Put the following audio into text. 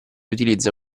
utilizza